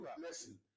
Listen